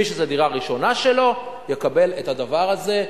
מי שזו דירה ראשונה שלו, יקבל את הדבר הזה.